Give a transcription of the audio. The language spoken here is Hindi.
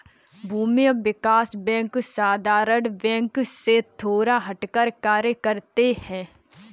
भूमि विकास बैंक साधारण बैंक से थोड़ा हटकर कार्य करते है